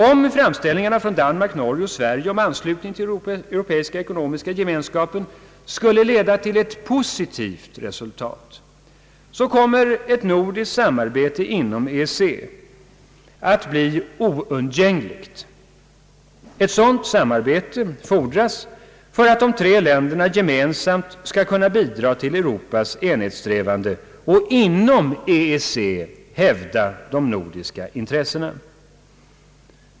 Om framställningarna från Danmark, Norge och Sverige om anslutning till europeiska ekonomiska gemenskapen skulle leda till ett positivt resultat, kommer ett nordiskt samarbete inom EEC att bli oundgängligt. Ett sådant samarbete fordras för att de tre länderna gemensamt skall kunna bidra till Europas enhetssträvanden och för att vi inom EEC skall kunna hävda de gemensamma nordiska intressena.